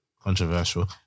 Controversial